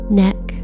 neck